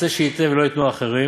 רוצה שייתן ולא ייתנו אחרים,